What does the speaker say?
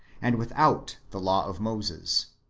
and without the law of moses.